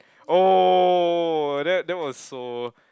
oh that that was so